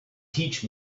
teach